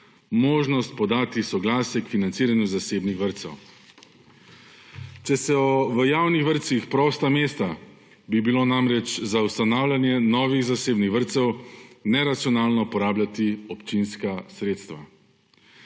možnost podati soglasje k financiranju zasebnih vrtcev. Če so v javnih vrtcih prosta mesta, bi bilo namreč za ustanavljanje novih zasebnih vrtcev neracionalno porabljati občinska sredstva.